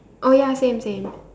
oh ya same same